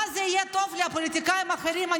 מה זה יהיה טוב לפוליטיקאים אחרים,